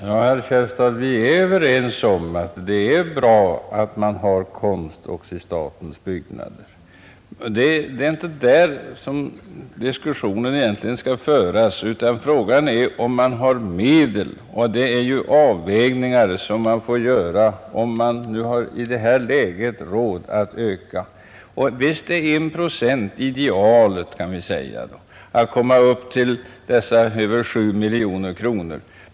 Herr talman! Ja, herr Källstad, vi är överens om att det är bra att man har konst också i statens byggnader. Det är inte om det som diskussionen egentligen skall föras, utan frågan är om man har medel. Man får ju göra avvägningar om man har råd att i detta läge öka anslaget. Visst kan vi säga att idealet är 1 procent, och då skulle man komma upp i ett anslag på över 7 miljoner kronor.